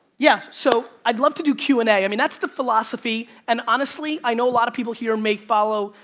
yeah, so, i'd love to do q and a. i mean that's the philosophy, and honestly, i know a lot of people here may follow,